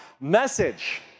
message